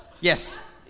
Yes